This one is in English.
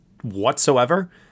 whatsoever